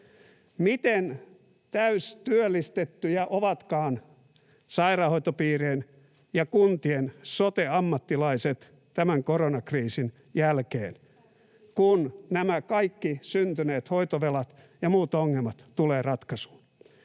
Miten täystyöllistettyjä ovatkaan sairaanhoitopiirien ja kuntien sote-ammattilaiset tämän koronakriisin jälkeen, kun nämä kaikki syntyneet hoitovelat ja muut ongelmat tulevat ratkaisuun?